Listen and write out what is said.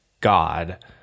God